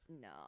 no